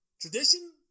Tradition